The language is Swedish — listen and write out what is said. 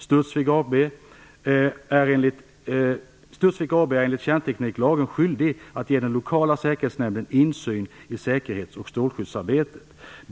Studsvik AB är enligt kärntekniklagen skyldigt att ge den lokala säkerhetsnämnden insyn i säkerhets och strålskyddsarbetet.